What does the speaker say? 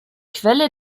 quelle